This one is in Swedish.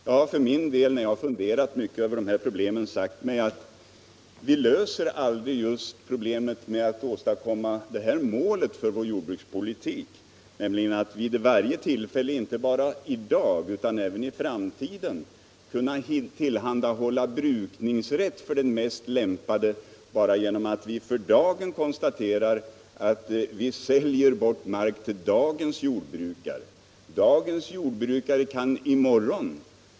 Jag har för min del när jag har funderat mycket över de här problemen sagt att vi aldrig når det här målet för vår jordbrukspolitik, att vid varje tillfälle, inte bara i dag utan även i framtiden, kunna tillhandahålla brukningsrätt för den mest lämpade, bara genom att sälja bort mark till dagens jordbrukare.